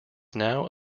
now